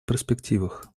перспективах